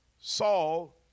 Saul